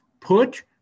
Put